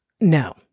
No